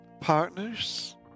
Partners